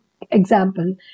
example